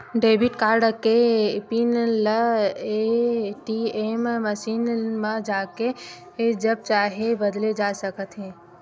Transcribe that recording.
debit card के PIN ल ATM machine म जाके जब चाहे बदले जा सकत हे